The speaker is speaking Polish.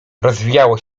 rozwijało